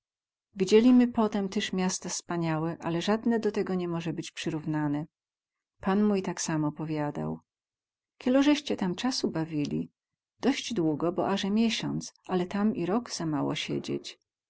widzielimy potem tyz miasta spaniałe ale zadne do tego ni moze być przyrównane pan mój tak samo powiadał kielozeście tam casu bawili dość długo bo aze miesiąc ale tam i rok za mało siedzieć